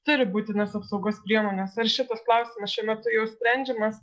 turi būtinas apsaugos priemones ir šitas klausimas šiuo metu jau sprendžiamas